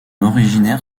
originaire